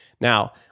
Now